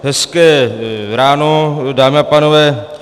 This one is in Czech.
Hezké ráno, dámy a pánové.